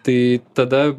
tai tada